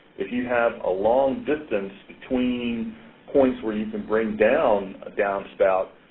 if you have a long distance between points where you can bring down a downspout,